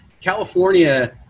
California